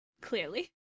Clearly